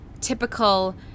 typical